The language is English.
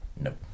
Nope